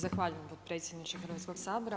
Zahvaljujem potpredsjedniče Hrvatskog sabora.